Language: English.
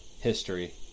history